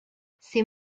c’est